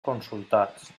consultats